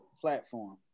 platform